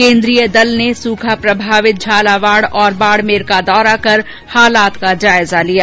केन्द्रीय दल ने सूखा प्रभावित झालावाड़ और बाड़मेर का दौरा कर हालात का जायजा लिया